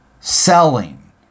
selling